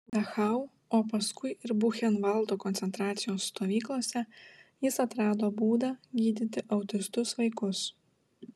dachau o paskui ir buchenvaldo koncentracijos stovyklose jis atrado būdą gydyti autistus vaikus